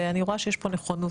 ואני רואה שיש פה נכונות